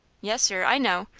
yes, sir i know,